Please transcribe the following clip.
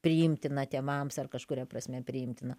priimtina tėvams ar kažkuria prasme priimtina